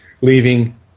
leaving